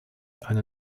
eine